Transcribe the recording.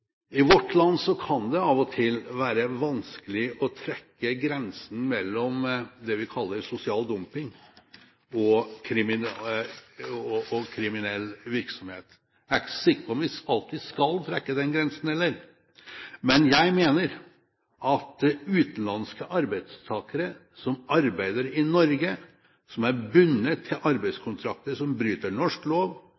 I vårt land kan det av og til være vanskelig å trekke grensen mellom det vi kaller sosial dumping, og kriminell virksomhet. Jeg er ikke så sikker på om vi alltid skal trekke den grensen, heller. Men jeg mener at utenlandske arbeidstakere som arbeider i Norge, som er bundet til